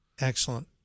excellent